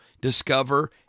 discover